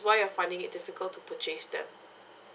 why you're finding it difficult to purchase them